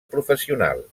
professional